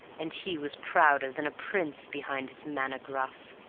and he was prouder than a prince behind his manner gruff.